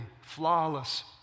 flawless